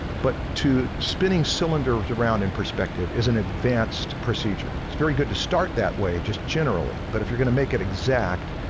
but two spinning cylinders around in perspective is an advanced procedure. it's very good to start that way, just generally but if you're gonna make it exact,